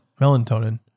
Melatonin